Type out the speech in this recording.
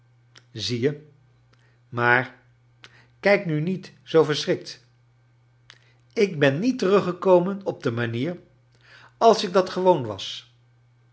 zie je maar kijk jiu niet zoo vertfchrikt ik ben niet teruggekomen op de manier als ik dat gewoon was